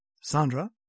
Sandra